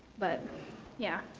but yeah.